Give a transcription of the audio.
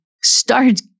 start